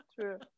true